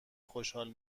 خوشحال